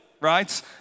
right